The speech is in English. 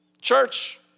Church